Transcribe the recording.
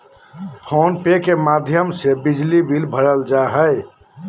phone पे के माध्यम से बिजली बिल भरल जा हय